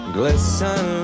glisten